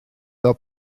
fel